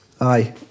Aye